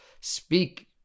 speak